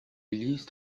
release